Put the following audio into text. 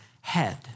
head